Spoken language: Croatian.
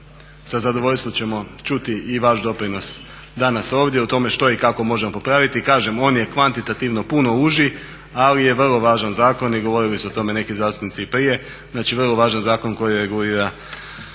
sa zadovoljstvom ćemo čuti i vaš doprinos danas ovdje o tome što i kako možemo popraviti. Kažem, on je kvantitativno puno uži, ali je vrlo važan zakon i govorili su o tome neki zastupnici i prije. Znači vrlo važan zakon koji regulira